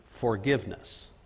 forgiveness